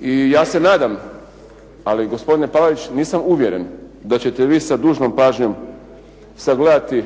i ja se nadam, ali gospodine Palarić nisam uvjeren da ćete vi sa dužnom pažnjom sagledati